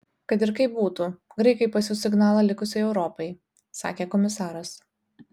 kad ir kaip būtų graikai pasiųs signalą likusiai europai sakė komisaras